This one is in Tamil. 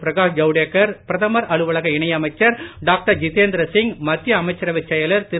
பிரகாஷ் ஜவ்டேக்கர் பிரதமர் அலுவலக இணையமைச்சர் டாக்டர் ஜிதேந்திர சிங் மத்திய அமைச்சரவைச் செயலர் திரு